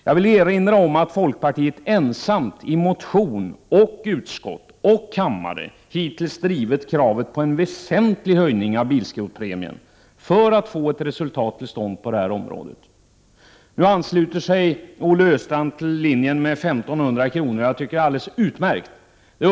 Jag vill erinra om att folkpartiet hittills ensamt i motion, i utskott och även i kammaren drivit kravet på en väsentlig höjning av bilskrotningspremien för att man skall få ett resultat till stånd på detta område. Nu ansluter sig även Olle Östrand till den linje som innebär en höjning av premien till 1 500 kr., och jag tycker att det är utmärkt.